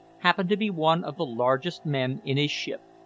happened to be one of the largest men in his ship.